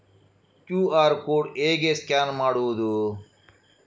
QR code ಹೇಗೆ scan ಮಾಡುವುದು?